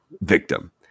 victim